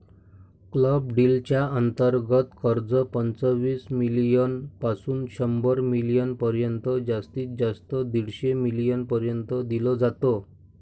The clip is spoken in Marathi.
क्लब डील च्या अंतर्गत कर्ज, पंचवीस मिलीयन पासून शंभर मिलीयन पर्यंत जास्तीत जास्त दीडशे मिलीयन पर्यंत दिल जात